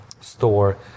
store